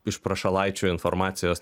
iš prašalaičio informacijos